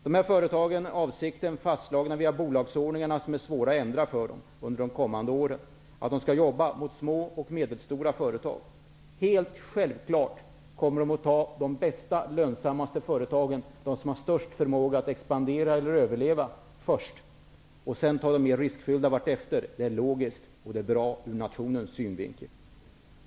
Dessa företag har sina mål fastslagna via bolagsordningarna, som är svåra att ändra under de kommande åren. De skall jobba mot små och medelstora företag. Helt självklart kommer de att i första hand välja de bästa och lönsammaste företagen, de som har störst förmåga att expandera eller överleva, och sedan tar de de mer riskfyllda företagen vartefter. Det är logiskt, och det är bra ur nationens synvinkel.